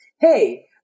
Hey